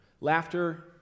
Laughter